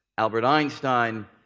albert einstein.